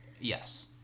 Yes